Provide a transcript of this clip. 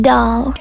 Doll